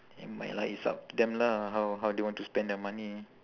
nevermind lah it's up to them lah how how they want to spend their money